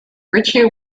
ritchie